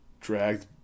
dragged